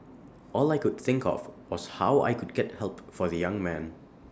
all I could think of was how I could get help for the young man